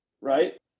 right